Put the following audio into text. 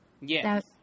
yes